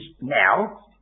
now